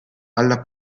alla